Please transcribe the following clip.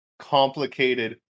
complicated